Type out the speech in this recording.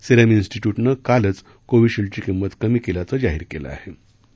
serum इन्सटीट्यूटनं कालच कोव्हीशिल्डची किंमत कमी केल्याचं जाहीर केलं होतं